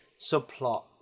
subplot